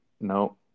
no